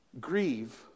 Grieve